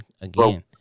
again